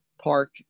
park